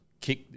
kick